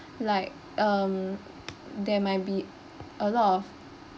like um they might be a lot of